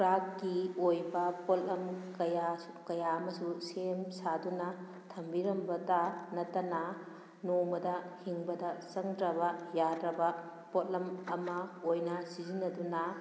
ꯀ꯭ꯔꯥꯐꯀꯤ ꯑꯣꯏꯕ ꯄꯣꯠꯂꯝ ꯀꯌꯥꯁꯨ ꯀꯌꯥ ꯑꯃꯁꯨ ꯁꯦꯝ ꯁꯥꯗꯨꯅ ꯊꯝꯕꯤꯔꯝꯕꯇ ꯅꯠꯇꯅ ꯅꯣꯡꯃꯗ ꯍꯤꯡꯕꯗ ꯆꯪꯗ꯭ꯔꯕ ꯌꯥꯗꯕ ꯄꯣꯠꯂꯝ ꯑꯃ ꯑꯣꯏꯅ ꯁꯤꯖꯤꯟꯅꯗꯨꯅ